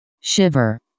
Shiver